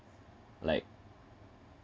like